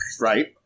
Right